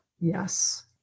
Yes